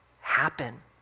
happen